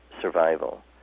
survival